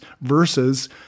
versus